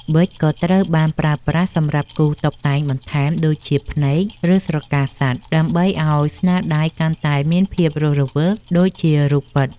ប៊ិច ក៏ត្រូវបានប្រើប្រាស់សម្រាប់គូរតុបតែងបន្ថែមដូចជា ភ្នែក ឬស្រកាសត្វ ដើម្បីឱ្យស្នាដៃកាន់តែមានភាពរស់រវើកដូចជារូបពិត។